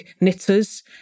knitters